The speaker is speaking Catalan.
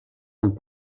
amb